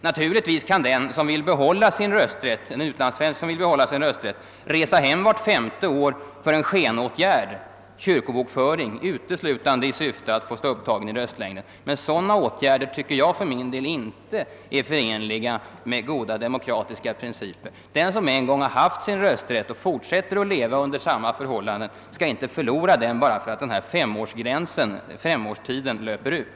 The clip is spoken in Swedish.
Naturligtvis kan den utlandssvensk som vill behålla sin rösträtt resa hem vart femte år för en skenåtgärd — kyrkobokföringen — bara i syfte att bli upptagen i röstlängden, men det tycker jag inte är förenligt med goda demokratiska principer. Men den som en gång har haft rösträtt och fortsätter att leva under samma förhållanden skall inte förlora den bara därför att femårstiden löpt ut.